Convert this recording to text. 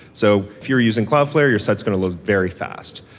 so if you're using cloudflare, your site is going to load very fast.